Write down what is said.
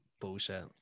bullshit